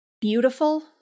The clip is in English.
beautiful